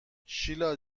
شیلا